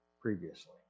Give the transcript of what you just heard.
previously